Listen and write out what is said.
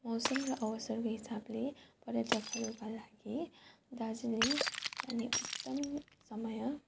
मौसम र अवसरको हिसाबले पर्यटकहरूका लागि दार्जिलिङ जाने उत्तम समय